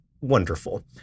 wonderful